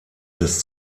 des